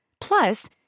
Plus